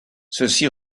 ceci